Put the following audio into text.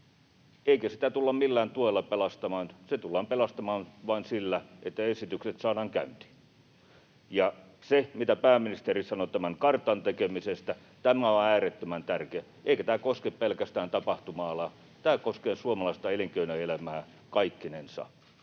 eikä sitä tulla millään tuella pelastamaan, vaan se tullaan pelastamaan vain sillä, että esitykset saadaan käyntiin. Ja se, mitä pääministeri sanoi tämän kartan tekemisestä, on äärettömän tärkeää, eikä tämä koske pelkästään tapahtuma-alaa, vaan tämä koskee suomalaista elinkeinoelämää kaikkinensa,